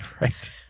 right